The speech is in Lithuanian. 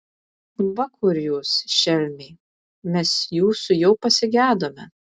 va kur jūs šelmiai mes jūsų jau pasigedome